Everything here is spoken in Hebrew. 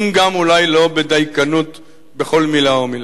אם גם אולי לא בדייקנות בכל מלה ומלה: